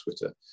Twitter